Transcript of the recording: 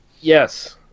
Yes